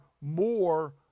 more